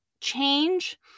Change